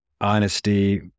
honesty